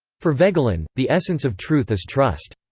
for voegelin, the essence of truth is trust.